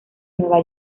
nueva